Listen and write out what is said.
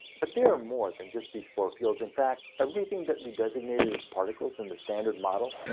but there are more than just these four fields. in fact, everything that we designated as particles in the standard model,